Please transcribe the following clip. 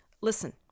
Listen